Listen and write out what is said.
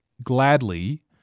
Gladly